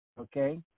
Okay